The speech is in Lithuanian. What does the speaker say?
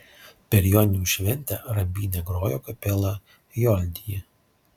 per joninių šventę rambyne grojo kapela joldija